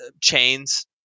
chains